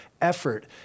effort